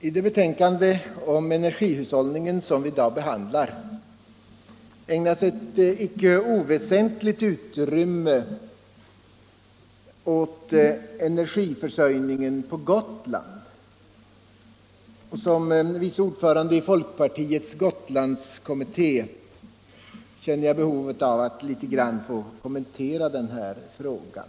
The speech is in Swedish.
I det betänkande om energihushållningen som vi i dag behandlar ägnas ett inte oväsentligt utrymme åt energiförsörjningen på Gotland. Såsom vice ordförande i folkpartiets Gotlandskommitté känner jag ett behov av att helt kort få kommentera denna fråga.